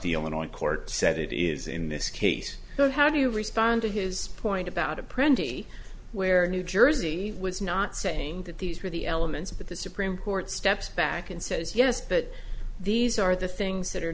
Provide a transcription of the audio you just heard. the illinois court said it is in this case so how do you respond to his point about a pretty where new jersey was not saying that these were the elements but the supreme court steps back and says yes but these are the things that are